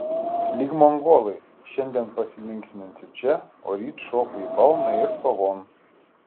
lyg mongolai šiandien pasilinksminsiu čia o ryt šoku į balną ir kovon